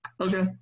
Okay